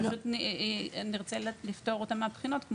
אבל נרצה לפטור אותם מהבחינות.